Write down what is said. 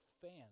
fans